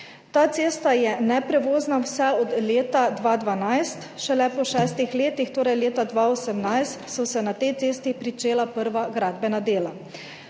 Ta cesta je neprevozna vse od leta 2012, šele po šestih letih, torej leta 2018, so se na tej cesti pričela prva gradbena dela.